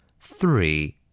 three